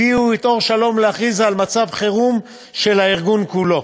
הביאו את "אור שלום" להכריז על מצב חירום של הארגון כולו,